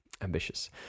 ambitious